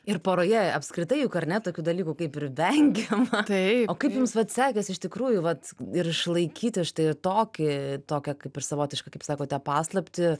ir poroje apskritai juk ar ne tokių dalykų kaip ir vengiama o kaip jums vat sekėsi iš tikrųjų vat ir išlaikyti štai tokį tokią kaip ir savotiška kaip sakote paslaptį